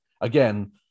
again